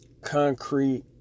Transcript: concrete